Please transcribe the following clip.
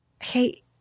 Hey